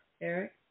Eric